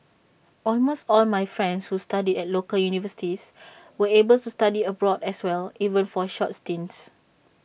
almost all my friends who studied at local universities were able to study abroad as well even for short stints